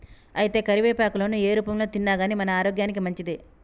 అయితే కరివేపాకులను ఏ రూపంలో తిన్నాగానీ మన ఆరోగ్యానికి మంచిదే